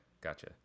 Gotcha